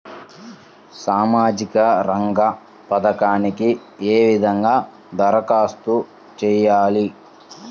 సామాజిక రంగ పథకాలకీ ఏ విధంగా ధరఖాస్తు చేయాలి?